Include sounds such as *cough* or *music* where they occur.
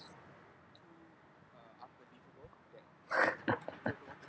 *laughs*